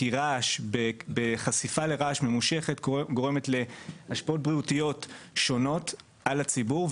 כי חשיפה ממשוכת לרעש גורמת להשפעות בריאותיות שונות על הציבור,